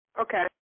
Okay